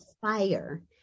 fire